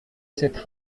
cette